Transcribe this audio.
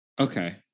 Okay